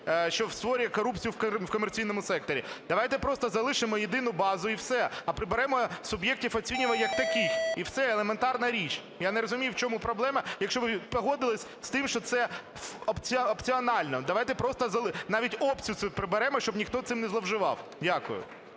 що створює корупцію в комерційному секторі. Давайте просто залишимо Єдину базу і все, а приберемо суб'єктів оцінювань як таких, і все, елементарна річ. Я не розумію, в чому проблема, якщо ви погодились з тим, що це опціонально. Давайте просто навіть опцію цю приберемо, щоб ніхто цим не зловживав. Дякую.